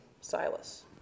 Silas